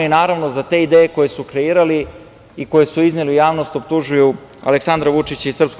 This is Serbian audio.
Naravno, za te ideje koje su kreirali i koje su izneli u javnost optužuju Aleksandra Vučića i SNS.